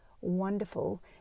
wonderful